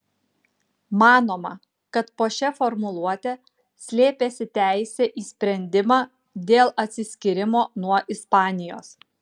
manoma kad po šia formuluote slėpėsi teisė į sprendimą dėl atsiskyrimo nuo ispanijos